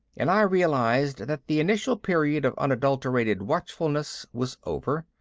and i realized that the initial period of unadulterated watchfulness was over,